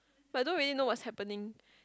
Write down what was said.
but I don't really know what's happening